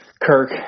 Kirk